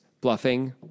bluffing